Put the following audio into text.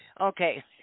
Okay